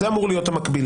זה אמור להיות המקבילה.